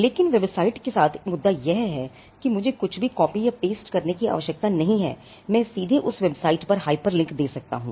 लेकिन वेबसाइट के साथ मुद्दा यह है कि मुझे कुछ भी कॉपी या पेस्ट करने की आवश्यकता नहीं है मैं सीधे उस वेबसाइट पर hyperlink दे सकता हूँ